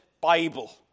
Bible